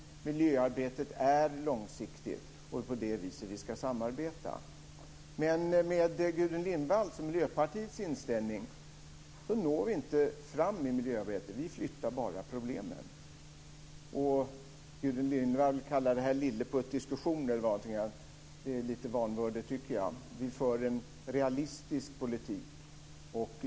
Miljöarbetet är långsiktigt. Det är på det viset vi ska samarbeta. Men med Gudrun Lindvalls och Miljöpartiets inställning når vi inte fram i miljöarbetet. Vi flyttar bara problemen. Gudrun Lindvall kallar detta lilleputtdiskussioner. Jag tycker att det är lite vanvördigt. Vi för en realistisk politik.